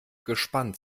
gespannt